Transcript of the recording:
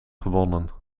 gewonnen